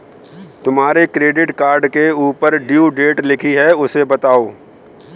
तुम्हारे credit card के ऊपर ड्यू डेट लिखी है उसे बताओ